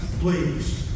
please